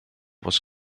was